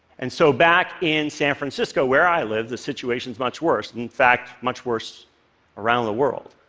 and so back in san francisco, where i live, the situation's much worse, in fact, much worse around the world.